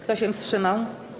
Kto się wstrzymał?